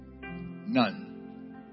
None